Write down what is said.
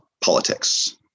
politics